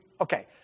Okay